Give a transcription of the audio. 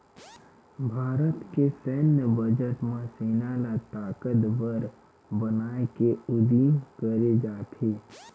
भारत के सैन्य बजट म सेना ल ताकतबर बनाए के उदिम करे जाथे